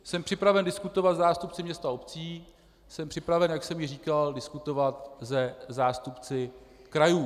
Jsem připraven diskutovat se zástupci měst a obcí, jsem připraven, jak jsem říkal, diskutovat se zástupci krajů.